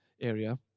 area